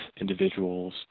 individuals